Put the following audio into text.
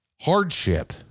hardship